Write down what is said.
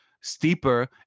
steeper